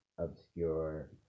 Obscure